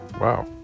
Wow